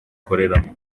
akoreramo